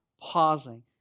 pausing